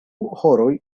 horoj